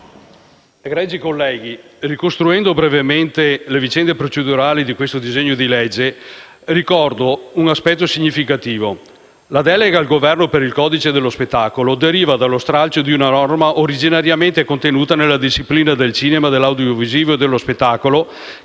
colleghi, ricostruendo brevemente le vicende procedurali di questo disegno di legge, ricordo un aspetto significativo. La delega al Governo per il codice dello spettacolo deriva dallo stralcio di una norma originariamente contenuta nella disciplina del cinema, dell'audiovisivo e dello spettacolo,